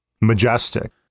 majestic